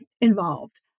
involved